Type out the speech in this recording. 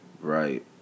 Right